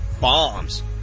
bombs